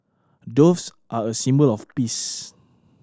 doves are a symbol of peace